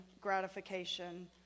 gratification